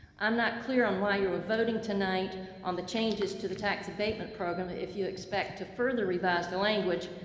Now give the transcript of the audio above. i'm not clear on why you're voting tonight on the changes to the tax abatement program if you expect to further if revise the language,